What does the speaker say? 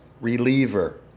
reliever